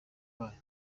bayo